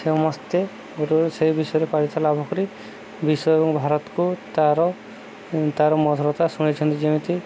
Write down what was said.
ସମସ୍ତେ ଗୋଟେ ସେଇ ବିଷୟରେ ଲାଭ କରି ବିଶ୍ୱ ଏବଂ ଭାରତକୁ ତାର ତାର ମଧୁରତା ଶୁଣେଇଛନ୍ତି ଯେମିତି